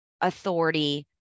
authority